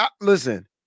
listen